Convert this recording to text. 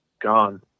gone